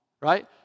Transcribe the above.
right